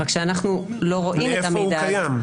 רק שאנחנו לא רואים את המידע --- איפה הוא קיים?